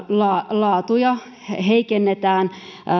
laatua heikennetään